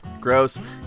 gross